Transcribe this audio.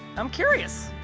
i'm curious.